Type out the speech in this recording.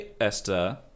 Esther